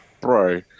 Bro